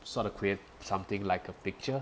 sort of create something like a picture